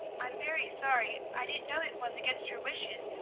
i am very sorry i didn't know it was against your wishes.